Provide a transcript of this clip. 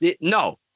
No